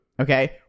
Okay